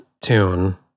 tune